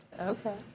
Okay